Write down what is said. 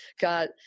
got